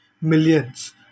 millions